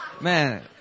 Man